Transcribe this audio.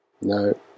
No